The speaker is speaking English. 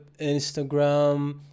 instagram